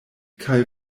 kaj